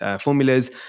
formulas